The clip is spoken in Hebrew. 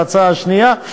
בהצעה השנייה.